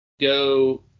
Go